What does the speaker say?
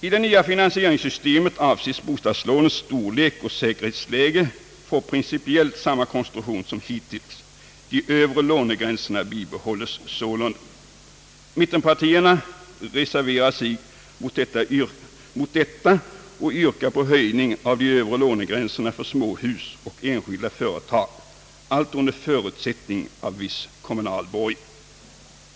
I det nya finansieringssystemet avses bostadslånets storlek och säkerhetsläge få principiellt samma omkonstruktion som hittills. De övre lånegränserna bibehålles sålunda. Mittenpartierna reserverar sig mot detta och yrkar på höjning av de övre lånegränserna för småhus och enskilda företag — allt under förutsättning av viss kommunal borgen.